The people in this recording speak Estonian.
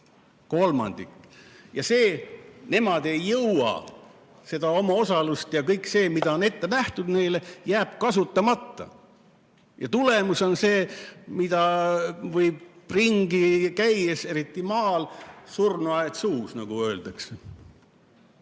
Kolmandik! Nemad ei jõua seda omaosalust [tasuda] ja kõik see, mis on ette nähtud neile, jääb kasutamata. Ja tulemus on see, mida võib ringi käies eriti maal näha: surnuaed suus, nagu öeldakse.